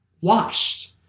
washed